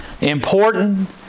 important